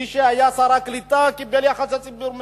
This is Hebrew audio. מי שהיה שר הקליטה קיבל יחסי ציבור מצוינים.